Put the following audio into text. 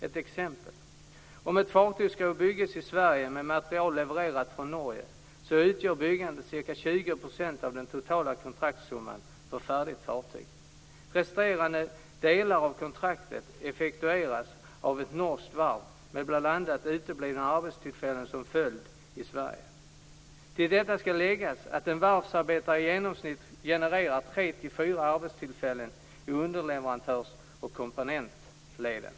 Ett exempel: Om ett fartyg skall byggas i Sverige med material levererat från Norge utgör byggandet ca 20 % av den totala kontraktsumman för färdigt fartyg. Resterande delar av kontraktet effektueras av ett norskt varv, med bl.a. uteblivna arbetstillfällen i Sverige som följd. Till detta skall läggas att en varsarbetare i genomsnitt genererar 3-4 arbetstillfällen i underleverantörs och komponentleden.